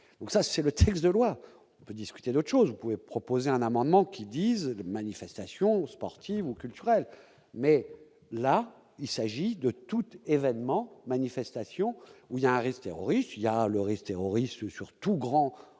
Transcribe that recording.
donc ça c'est le texte de loi peut discuter d'autre chose, vous pouvez proposer un amendement qui disent les manifestations sportives ou culturelles, mais là il s'agit de toute événement manifestation où il y a un risque terroriste il y a le reste terroriste surtout grand